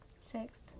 Sixth